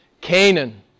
Canaan